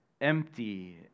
empty